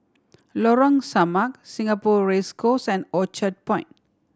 Lorong Samak Singapore Race Course and Orchard Point